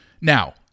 Now